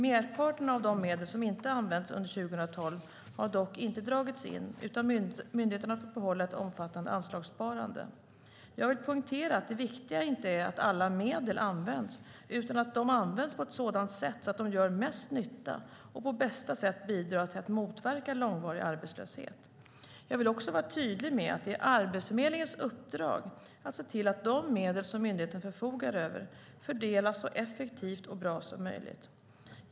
Merparten av de medel som inte har använts under 2012 har dock inte dragits in utan myndigheten har fått behålla ett omfattande anslagssparande. Jag vill poängtera att det viktiga inte är att alla medel används utan att de används på ett sådant sätt att de gör mest nytta och på bästa sätt bidrar till att motverka långvarig arbetslöshet. Jag vill också vara tydlig med att det är Arbetsförmedlingens uppdrag att se till att de medel som myndigheten förfogar över fördelas så effektivt och bra som möjligt.